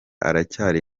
aracyari